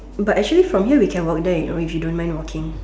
but actually from here we can walk there you know if you don't mind walking